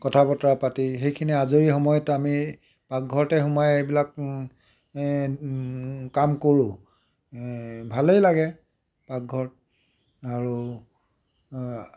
কথা বতৰা পাতি সেইখিনি আজৰি সময়ত আমি পাকঘৰতে সোমাই এইবিলাক কাম কৰোঁ এই ভালেই লাগে পাকঘৰত আৰু